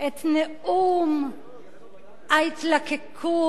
את נאום ההתלקקות.